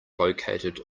located